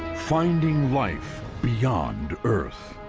finding life beyond earth,